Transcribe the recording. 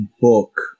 book